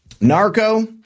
Narco